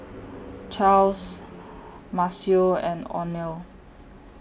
Charles Maceo and Oneal